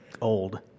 old